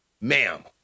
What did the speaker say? ma'am